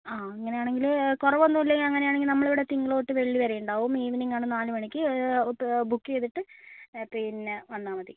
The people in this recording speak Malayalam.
ആ അങ്ങനെയാണെങ്കിൽ കുറവ് ഒന്നും ഇല്ലെങ്കിൽ അങ്ങനെയാണെങ്കിൽ നമ്മളിവിടെ തിങ്കൾ തൊട്ട് വെള്ളി വരെ ഉണ്ടാവും ഈവനിംഗ് ആണ് നാല് മണിക്ക് ഉ ഇപ്പം ബുക്ക് ചെയ്തിട്ട് പിന്നെ വന്നാൽ മതി